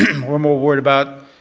and were more worried about,